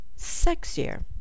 sexier